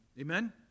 Amen